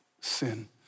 sin